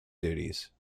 duties